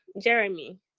Jeremy